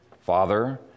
father